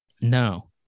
No